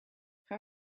how